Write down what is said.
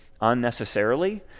unnecessarily